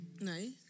Nice